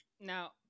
Now